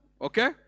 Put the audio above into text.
okay